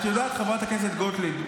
את יודעת, חברת הכנסת גוטליב.